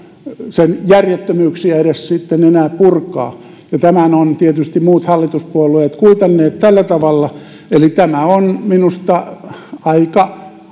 sen järjettömyyksiä ei sitten voisi enää edes purkaa tämän ovat tietysti muut hallituspuolueet kuitanneet tällä tavalla eli tämä on minusta aika